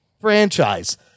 franchise